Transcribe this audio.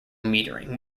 metering